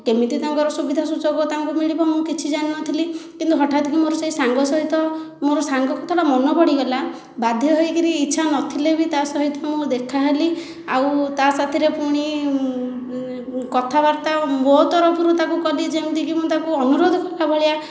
କେମିତି ତାଙ୍କର ସୁବିଧା ସୁଯୋଗ ତାଙ୍କୁ ମିଳିବ ମୁଁ କିଛି ଜାଣିନଥିଲି କିନ୍ତୁ ହଠାତ୍ କରି ମୋର ସେ ସାଙ୍ଗ ସହିତ ମୋର ସାଙ୍ଗ କଥା ମନେ ପଡ଼ିଗଲା ବାଧ୍ୟ ହୋଇକିରି ଇଚ୍ଛା ନଥିଲେ ବି ତା'ସହିତ ମୁଁ ଦେଖା ହେଲି ଆଉ ତା' ସାଥିରେ ପୁଣି କଥାବାର୍ତ୍ତା ମୋ ତରଫରୁ ତାକୁ କଲି ଯେମିତିକି ମୁଁ ତାକୁ ଅନୁରୋଧ କଲା ଭଳିଆ